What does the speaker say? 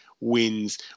wins